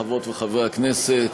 חברות וחברי הכנסת,